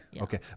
Okay